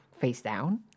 face-down